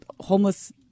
homeless